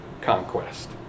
conquest